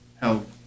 help